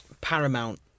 paramount